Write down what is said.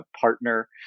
partner